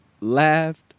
laughed